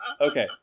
Okay